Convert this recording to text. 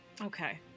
okay